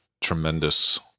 tremendous